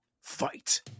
fight